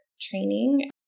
training